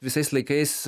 visais laikais